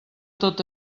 tot